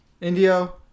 Indio